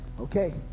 Okay